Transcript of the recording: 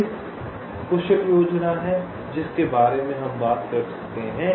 अधिक कुशल योजना है जिसके बारे में हम बात कर सकते हैं